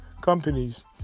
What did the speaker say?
companies